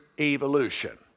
evolution